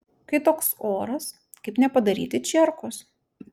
kai toks oras kaip nepadaryti čierkos